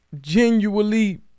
genuinely